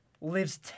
lives